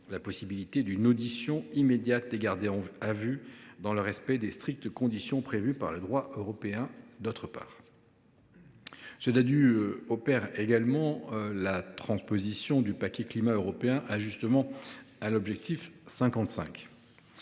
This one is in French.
la possibilité d’une audition immédiate des gardés à vue dans le respect des strictes conditions prévues par le droit européen. Ce projet de loi Ddadue opère également la transposition du paquet climat européen Ajustement à